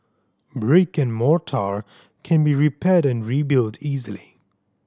brick and mortar can be repaired and rebuilt easily